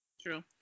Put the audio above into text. True